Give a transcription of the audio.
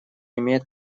имеет